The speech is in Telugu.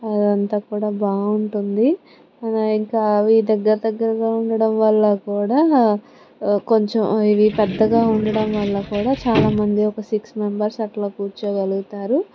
అదంతా కూడా బాగుంటుంది ఇంకా అవి దగ్గర దగ్గరగా ఉండడం వల్ల కూడా కొంచెం ఇవి పెద్దగా ఉండడం వల్ల కూడా చాలామంది ఒక సిక్స్ మెంబర్స్ అట్లా కూర్చో గలుగుతారు